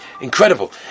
Incredible